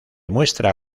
muestra